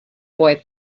boy